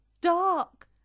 dark